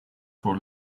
for